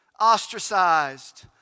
ostracized